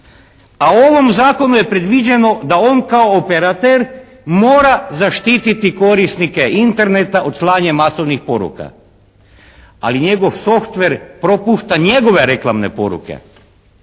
A ovim zakonom je predviđeno da on kao operater mora zaštititi korisnike Interneta od slanja masovnih poruka. Ali njegov softver propušta njegove reklamne poruke